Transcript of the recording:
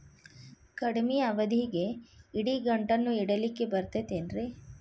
ಕಡಮಿ ಅವಧಿಗೆ ಇಡಿಗಂಟನ್ನು ಇಡಲಿಕ್ಕೆ ಬರತೈತೇನ್ರೇ?